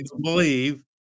believe